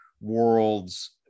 worlds